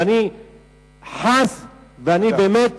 ואני באמת